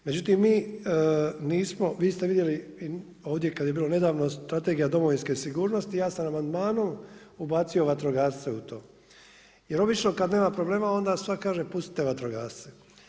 Međutim, mi nismo, vi ste vidjeli ovdje kada je bila nedavno Strategija domovinske sigurnosti, ja sam amandmanom ubacio vatrogasce u to jer obično kada nema problema onda svatko kaže pustite vatrogasce.